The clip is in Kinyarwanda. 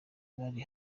bari